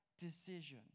decision